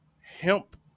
hemp